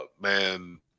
man